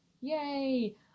Yay